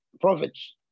prophets